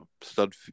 stud